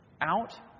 out